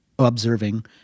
observing